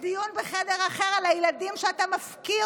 ודיון בחדר אחר על הילדים שאתה מפקיר,